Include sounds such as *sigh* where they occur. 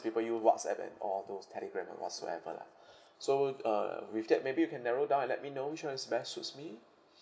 people use whatsapp and all those telegram or whatsoever lah *breath* so uh with that maybe you can narrow down and let me know which one is best suits me